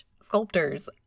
sculptors